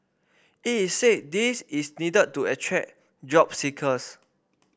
it is say this is needed to attract job seekers